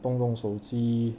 动动手机